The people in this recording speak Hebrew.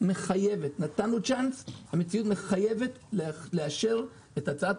נתנו צ'אנס אבל המציאות מחייבת לאשר את הצעת